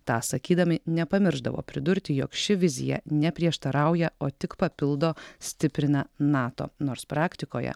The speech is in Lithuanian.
tą sakydami nepamiršdavo pridurti jog ši vizija neprieštarauja o tik papildo stiprina nato nors praktikoje